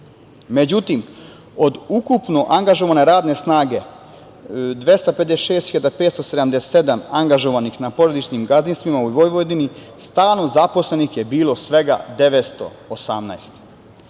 od ukupno angažovane radne snage 256.577 angažovanih na porodičnim gazdinstvima u Vojvodini stalno zaposlenih je bilo svega 918.